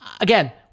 again